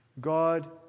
God